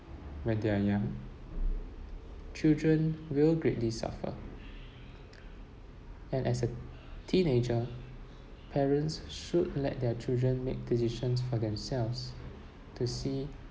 when they're young children will greatly suffer and as a teenager parents should let their children make decisions for themselves to see